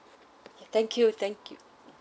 thank you thank you